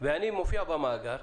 ואני מופיע במאגר,